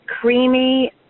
creamy